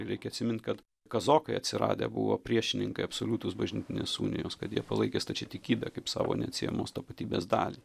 reikia atsimint kad kazokai atsiradę buvo priešininkai absoliutūs bažnytinės unijos kad jie palaikė stačiatikybę kaip savo neatsiejamos tapatybės dalį